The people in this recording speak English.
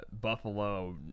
Buffalo